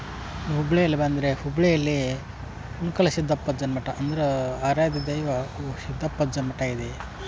ನೀವು ಹುಬ್ಳಿಯಲ್ಲಿ ಬಂದರೆ ಹುಬ್ಳಿಯಲ್ಲಿ ಉಣ್ಕಲ್ ಸಿದ್ದಪ್ಪಜನ ಮಠ ಅಂದ್ರೆ ಆರಾಧ್ಯ ದೈವ ಊ ಸಿದ್ದಪ್ಪಜ್ಜನ್ನ ಮಠ ಇದೆ